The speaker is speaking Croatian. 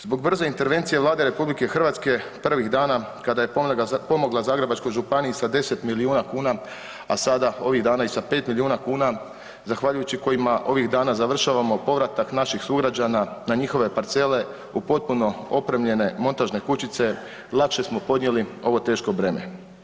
Zbog brze intervencije Vlade RH prvih dana kada je pomogla Zagrebačkoj županiji sa 10 miliona kuna, a sada ovih dana i sa 5 miliona kuna zahvaljujući kojima ovim dana završavamo povratak naših sugrađana na njihove parcele u potpuno opremljene montažne kućice lakše smo podnijeli ovo teško breme.